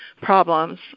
problems